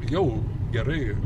jau gerai